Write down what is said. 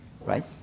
right